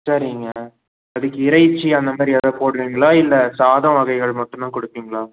சரிங்க அதுக்கு இறைச்சி அந்த மாதிரி இரை போடுவிங்களா இல்லை சாதம் வகைகள் மட்டும் தான் கொடுப்பிங்களா